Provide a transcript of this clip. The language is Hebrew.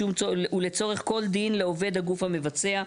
ולצורך כל דין לעובד הגוף המבצע.".